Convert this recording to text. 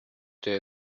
der